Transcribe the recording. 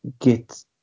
get